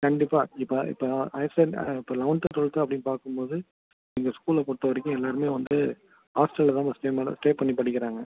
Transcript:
கண்டிப்பாக இப்போ இப்போ ஹையர் செகண்ட் இப்போ லெவன்த் அண்ட் டூவெல்த்து அப்படின் பார்க்கும்போது எங்கள் ஸ்கூலை பொறுத்தவரைக்கும் எல்லாேருமே வந்து ஹாஸ்டலில் தாம்மா ஸ்டே பண்ணும் ஸ்டே பண்ணி படிக்கிறாங்க